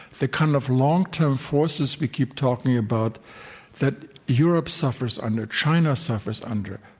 the kind of long-term forces we keep talking about that europe suffers under, china suffers under,